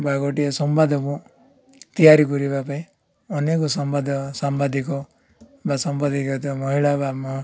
ବା ଗୋଟିଏ ସମ୍ବାଦ ମୁଁ ତିଆରି କରିବା ପାଇଁ ଅନେକ ସମ୍ବାଦ ସାମ୍ବାଦିକ ବା ସମ୍ବାଦିକ ମହିଳା ବା